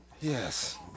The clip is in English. Yes